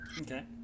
Okay